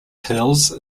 hills